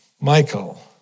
Michael